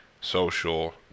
social